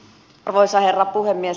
arvoisa herra puhemies